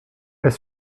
est